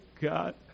God